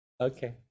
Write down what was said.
okay